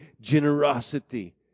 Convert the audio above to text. generosity